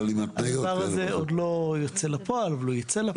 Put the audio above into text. הדבר הזה עוד לא יוצא לפועל, אבל הוא ייצא לפועל.